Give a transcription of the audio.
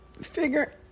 Figure